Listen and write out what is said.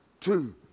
two